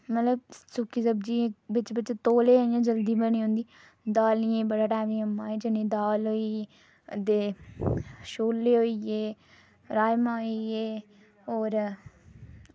मतलब सुक्की सब्ज़ी तौले इंया बनी जंदी दालियें ई बड़ा टैम जियां मां चने दी दाल होई ते छोले होइये राजमां होइये होर